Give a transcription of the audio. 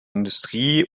industrie